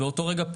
באותו רגע,